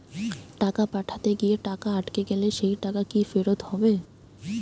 টাকা পাঠাতে গিয়ে টাকা আটকে গেলে সেই টাকা কি ফেরত হবে?